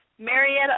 Marietta